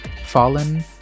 fallen